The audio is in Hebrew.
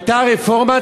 הייתה רפורמה,